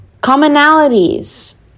Commonalities